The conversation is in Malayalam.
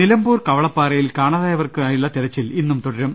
നിലമ്പൂർ കവളപ്പാറയിൽ കാണാതായവർക്കായുള്ള തിരച്ചിൽ ഇന്നും തുടരും